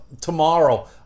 tomorrow